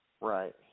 Right